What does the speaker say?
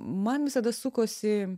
man visada sukosi